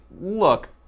look